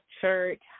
church